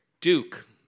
Duke